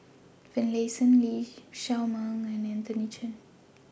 Finlayson Lee Shao Meng and Anthony Chen